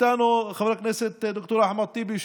איתנו חבר הכנסת ד"ר אחמד טיבי,